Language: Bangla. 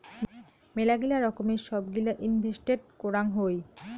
মেলাগিলা রকমের সব গিলা ইনভেস্টেন্ট করাং হই